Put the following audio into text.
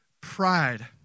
pride